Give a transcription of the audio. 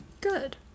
good